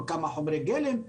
כמה חומרי הגלם,